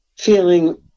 feeling